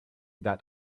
that